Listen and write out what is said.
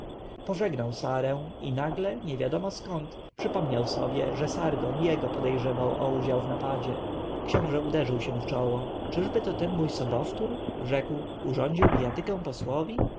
pożegnał sarę i nagle niewiadomo skąd przypomniał sobie że sargon jego podejrzewał o udział w napadzie książę uderzył się w czoło czyby to ten mój sobowtór rzekł urządził bijatykę posłowi